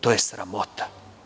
To je sramota.